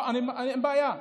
אין בעיה.